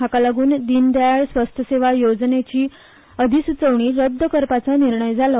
हाका लागून दीनदयाळ स्वास्थ सेवा येवजणेची अधिस्चोवणी रद्द करपाचो निर्णय जालो